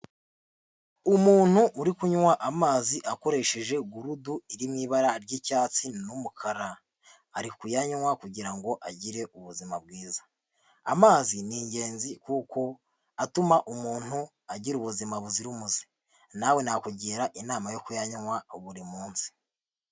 Umuntu uri kunywa amazi akoresheje gurudu iri mu ibara ry'icyatsi n'umukara, ari kuyanywa kugira ngo agire ubuzima bwiza, amazi ni ingenzi kuko atuma umuntu agira ubuzima buzira umuze, nawe nakugira inama yo kuyanywa buri munsi.